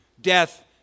death